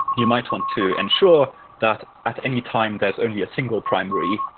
you might want to ensure that at any time, there's only a single primary,